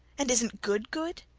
and isn't good good?